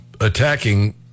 attacking